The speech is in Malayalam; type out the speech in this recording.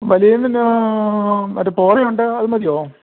വലിയ മീന് മറ്റെ പോത ഉണ്ട് അത് മതിയോ